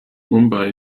mumbai